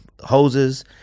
Hoses